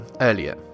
earlier